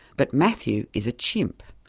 but matthew is a chimp.